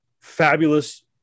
Fabulous